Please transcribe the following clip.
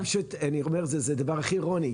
אני אומר פשוט זה הדבר הכי אירוני.